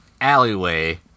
Alleyway